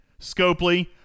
scopely